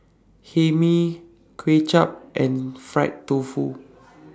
Hae Mee Kuay Chap and Fried Tofu